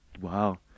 Wow